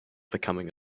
becoming